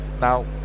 Now